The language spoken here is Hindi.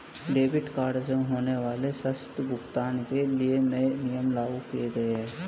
डेबिट कार्ड से होने वाले स्वतः भुगतान के लिए नए नियम लागू किये गए है